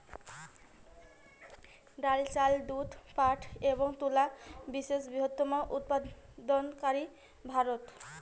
ডাল, চাল, দুধ, পাট এবং তুলা বিশ্বের বৃহত্তম উৎপাদনকারী ভারত